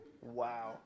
Wow